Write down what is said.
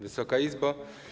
Wysoka Izbo!